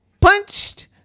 punched